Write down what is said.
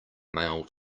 mail